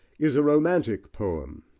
is a romantic poem,